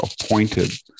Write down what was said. appointed